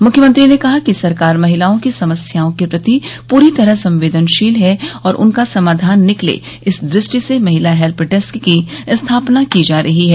मुख्यमंत्री ने कहा कि सरकार महिलाओं की समस्याओं के प्रति पूरी तरह संवेदनशील है और उनका समाधान निकले इस दृष्टि से महिला हेल्प डेस्क की स्थापना की जा रही है